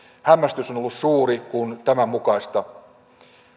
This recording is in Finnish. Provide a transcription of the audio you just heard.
hämmästys on ollut suuri kun tämän mukaista